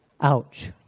Ouch